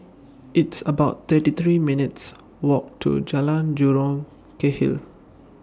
It's about thirty three minutes' Walk to Jalan Jurong Kechil